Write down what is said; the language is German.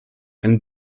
ein